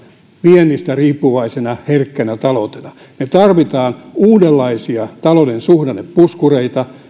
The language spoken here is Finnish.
viennistä riippuvaisena herkkänä taloutena me tarvitsemme uudenlaisia talouden suhdannepuskureita